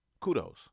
Kudos